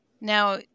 Now